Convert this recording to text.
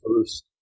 first